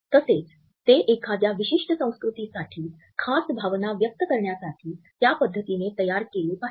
तसेच ते एखाद्या विशिष्ट संस्कृतीसाठी खास भावना व्यक्त करण्यासाठी त्या पद्धतीने तयार केले पाहिजेत